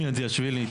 המשכנתאות, בבקשה.